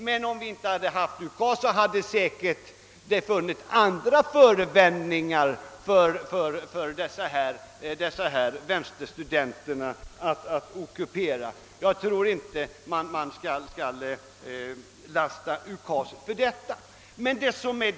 Men om UKAS inte hade existerat hade det säkert funnits andra förevändningar för dessa kommuniststudenter att ockupera kårhuset. Man skall nog inte lasta UKAS för den saken.